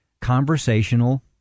conversational